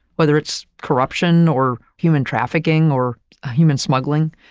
whether it's corruption or human trafficking or human smuggling,